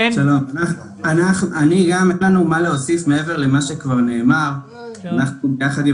אני מאוד אשמח אם